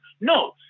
No